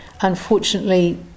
unfortunately